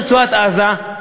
ברצועת-עזה,